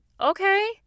okay